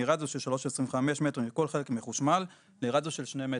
מרדיוס של 3.25 מטרים מכל חלק מחושמל לרדיוס של 2 מטרים.